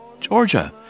Georgia